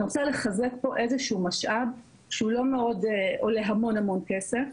אני רוצה לחזק פה איזשהו משאב שהוא לא מאוד עולה המון כסף.